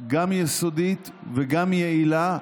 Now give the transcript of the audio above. גם יסודית וגם יעילה,